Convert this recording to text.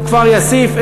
כפר-יאסיף,